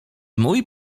mój